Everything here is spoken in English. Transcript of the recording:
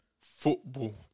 Football